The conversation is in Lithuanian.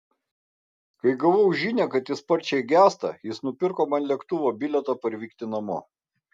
kai gavau žinią kad ji sparčiai gęsta jis nupirko man lėktuvo bilietą parvykti namo